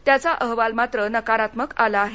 त्याचा अहवाल मात्र नकारात्मक आला आहे